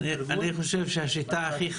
אני בן פרג'ון,